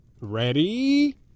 Ready